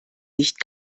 nicht